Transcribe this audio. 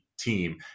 team